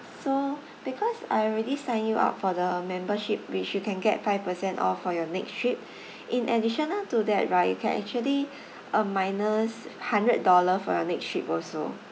so because I already sign you up for the membership which you can get five percent off for your next trip in additional to that right you can actually uh minus hundred dollar for your next trip also